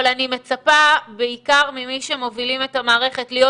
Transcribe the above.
אבל אני מצפה בעיקר ממי שמובילים את המערכת להיות